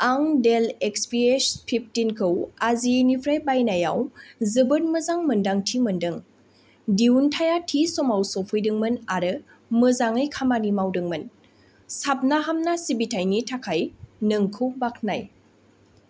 आं Dell XPS फिफ्टिनखौ आजिय'निफ्राय बायनायाव जोबोद मोजां मोनदांथि मोनदों दिहुनथाया थि समाव सफैदोंमोन आरो मोजाङै खामानि मावदोंमोन साबना हामना सिबिथायनि थाखाय नोंखौ बाखनाय